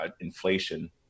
inflation